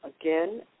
again